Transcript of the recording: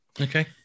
Okay